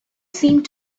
seemed